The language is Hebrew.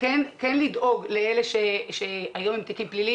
כן לדאוג לאלה שהיום עם תיקים פליליים,